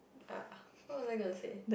ah what was i going to say